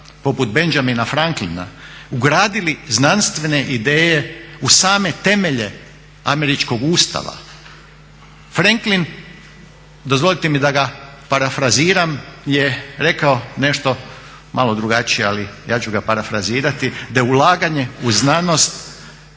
poput Benjamina Franklina ugradili znanstvene ideje u same temelje američkog Ustava. Franklin, dozvolite mi da ga parafraziram, je rekao nešto malo drugačije ali ja ću ga parafrazirati, da ulaganje u znanost